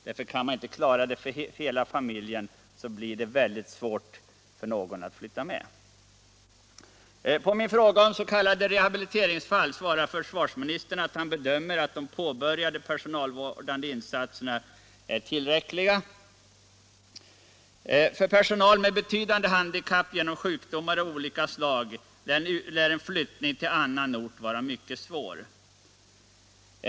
Kan inte situationen klaras för hela familjen blir det ju mycket svårt för någon eller några att flytta med. På min fråga om s.k. rehabiliteringsfall svarar försvarsministern att han bedömer att de påbörjade personalvårdande insatserna är tillräckliga. För personal med betydande handikapp genom sjukdomar av olika slag lär en flyttning till annan ort vara mycket svår.